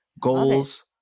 goals